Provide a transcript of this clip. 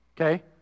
Okay